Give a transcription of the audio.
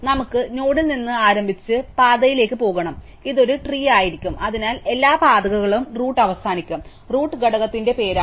നമുക്ക് നോഡിൽ നിന്ന് ആരംഭിച്ച് പാതയിലേക്ക് പോകണം ഇത് ഒരു ട്രീ ആയിരിക്കും അതിനാൽ എല്ലാ പാതകളും റൂട്ട് അവസാനിക്കും റൂട്ട് ഘടകത്തിന്റെ പേരാണ്